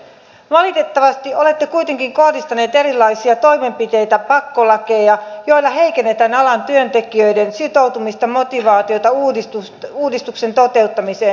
valitettavasti olette kuitenkin kohdistanut erilaisia toimenpiteitä pakkolakeja joilla heikennetään alan työntekijöiden sitoutumista motivaatiota uudistuksen toteuttamiseen